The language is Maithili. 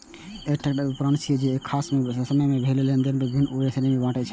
ई एकटा उकरण छियै, जे एक खास समय मे भेल लेनेदेन विभिन्न उप श्रेणी मे बांटै छै